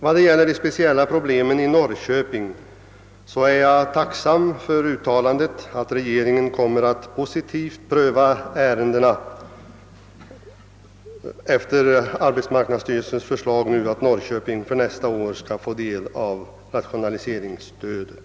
När det gäller de speciella problemen i Norrköping är jag tacksam för uttalandet, att regeringen kommer att positivt pröva och ta ställning till arbetsmarknadsstyrelsens = förslag = att Norrköping för nästa år skall få del av rationaliseringsstödet.